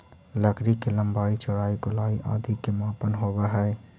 लकड़ी के लम्बाई, चौड़ाई, गोलाई आदि के मापन होवऽ हइ